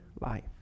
life